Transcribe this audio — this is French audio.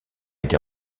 été